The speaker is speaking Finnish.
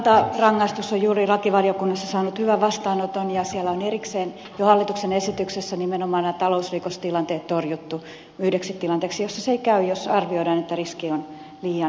pantarangaistus on juuri lakivaliokunnassa saanut hyvän vastaanoton ja siellä on erikseen jo hallituksen esityksessä nimenomaan nämä talousrikostilanteet torjuttu yhdeksi tilanteeksi jossa se ei käy jos arvioidaan että riski on liian suuri